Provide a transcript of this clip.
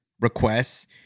requests